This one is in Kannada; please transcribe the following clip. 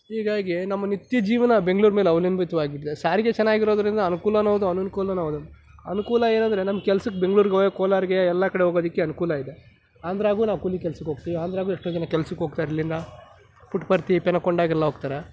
ಹೀಗಾಗಿ ನಮ್ಮ ನಿತ್ಯ ಜೀವನ ಬೆಂಗಳೂರು ಮೇಲೆ ಅವಲಂಬಿತವಾಗಿದೆ ಸಾರಿಗೆ ಚೆನ್ನಾಗಿರೋದ್ರಿಂದ ಅನುಕೂಲವೂ ಹೌದು ಅನಾನುಕೂಲವೂ ಹೌದು ಅನುಕೂಲ ಏನೆಂದರೆ ನಮ್ಮ ಕೆಲಸಕ್ಕೆ ಬೆಂಗಳೂರಿಗೆ ಕೋಲಾರಕ್ಕೆ ಎಲ್ಲ ಕಡೆ ಹೋಗೋದಕ್ಕೆ ಅನುಕೂಲ ಇದೆ ಆಂಧ್ರಾಗು ನಾವು ಕೂಲಿ ಕೆಲಸಕ್ಕೆ ಹೋಗ್ತೀವಿ ಆಂಧ್ರಾಗು ಎಷ್ಟೋ ಜನ ಕೆಲಸಕ್ಕೆ ಹೋಗ್ತಾರಿಲ್ಲಿಂದ ಪುಟ್ಟಪರ್ತಿ ಪೆನುಕೊಂಡಾಗೆಲ್ಲ ಹೋಗ್ತಾರೆ